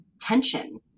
tension